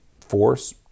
force